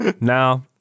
Now